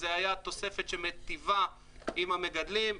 זו היתה תוספת שמטיבה עם המגדלים.